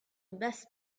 basse